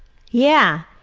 yeah,